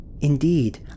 Indeed